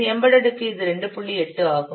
8 ஆகும்